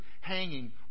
hanging